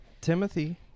Timothy